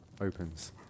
opens